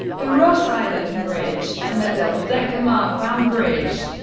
the ross island bridge, and the double-decker marquam bridge.